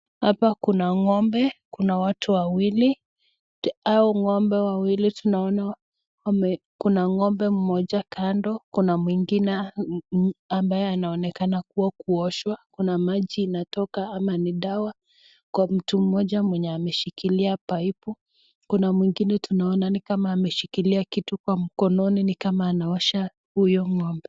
Hapa Kuna ngombe Kuna watu wawili, Hawa ngombe wawili tunaona Kuna ngombe Mmoja kando Kuna mwingine anaonekana kuoshwa, Kuna maji inatoka au ni dawa. Kuna mtu Mmoja mwenye ameshikilia paipu Kuna mwingine tunaona Kuna kitu ameshikilia mkononi ni kama anaosha huyo ngombe.